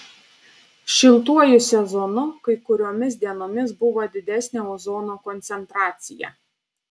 šiltuoju sezonu kai kuriomis dienomis buvo didesnė ozono koncentracija